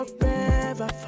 forever